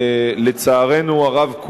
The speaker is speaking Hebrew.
לצערנו הרב,